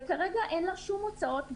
וכרגע אין לה שום הוצאות בארץ.